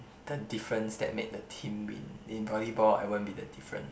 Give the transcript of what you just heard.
the difference that made the team win in volleyball I won't be the different